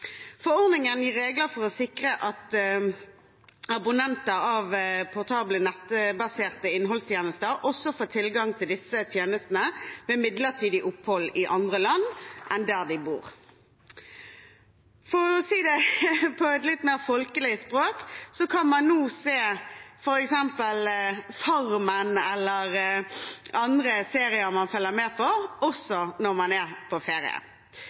Forordningen gir regler for å sikre at abonnenter av portable nettbaserte innholdstjenester også får tilgang til disse tjenestene ved midlertidig opphold i andre land enn der de bor. For å si det på et litt mer folkelig språk kan man nå se f.eks. Farmen eller andre serier man følger med på, også når man er på ferie.